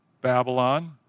Babylon